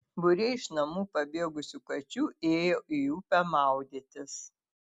būriai iš namų pabėgusių kačių ėjo į upę maudytis